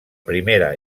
primera